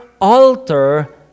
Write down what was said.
alter